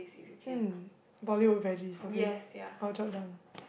um Bollywood veggies okay all jolt down